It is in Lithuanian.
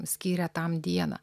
skyrė tam dieną